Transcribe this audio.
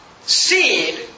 seed